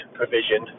provision